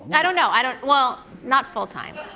and i don't know. i don't well, not full-time.